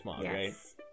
Yes